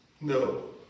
no